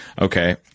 Okay